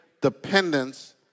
dependence